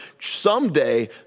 someday